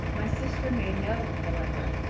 my sister may know, however,